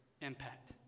impact